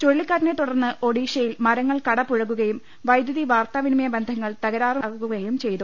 ചുഴലിക്കാറ്റിനെ തുടർന്ന് ഒഡീഷയിൽ മരങ്ങൾ കടപുഴകുകയും വൈദ്യുതി വാർത്താവിനിമയ ബന്ധങ്ങൾ താറുമാറാകുകയും ചെയ്തു